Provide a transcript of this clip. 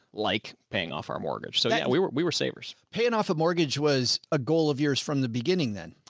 like paying off our mortgage. so yeah we were, we were savers. joe paying off a mortgage was a goal of yours from the beginning. then.